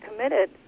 committed